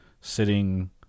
sitting